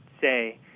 say